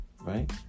right